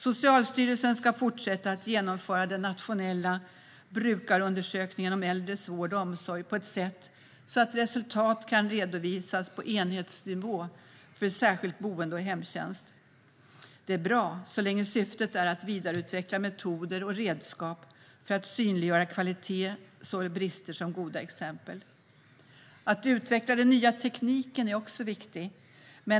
Socialstyrelsen ska fortsätta att genomföra den nationella brukarundersökningen om äldres vård och omsorg på ett sätt som gör att resultat kan redovisas på enhetsnivå för särskilt boende och hemtjänst. Det är bra, så länge syftet är att vidareutveckla metoder och redskap för att synliggöra kvalitet och såväl brister som goda exempel. Att utveckla den nya tekniken är också viktigt.